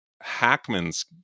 Hackman's